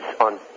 on